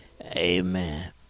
amen